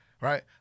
Right